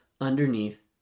underneath